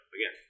Again